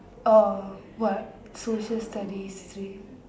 orh what social studies history